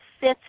fifth